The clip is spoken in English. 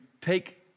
take